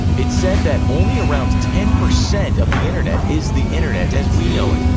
it's said that only around ten percent of the internet is the internet as we know it,